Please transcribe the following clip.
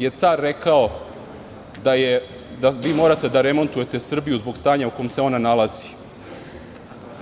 Pre neki dan je car rekao da morate da remontujete Srbiju zbog stanja u kome se ona nalazi,